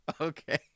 Okay